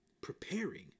preparing